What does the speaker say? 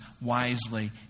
wisely